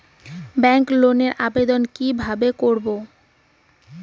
Bank লোনের আবেদন কি কিভাবে করব?